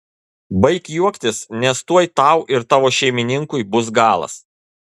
baik juoktis nes tuoj tau ir tavo šeimininkui bus galas